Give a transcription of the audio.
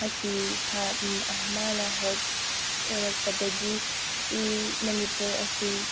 ꯑꯁꯤ ꯃꯥꯅ ꯍꯦꯛ ꯑꯣꯏꯔꯛꯄꯗꯒꯤ ꯃꯅꯤꯄꯨꯔ ꯑꯁꯤ